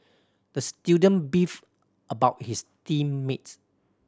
the student beefed about his team mates